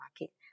market